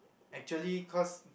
actually cause